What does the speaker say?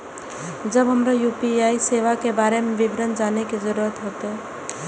जब हमरा यू.पी.आई सेवा के बारे में विवरण जानय के जरुरत होय?